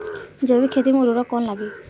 जैविक खेती मे उर्वरक कौन लागी?